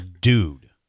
dude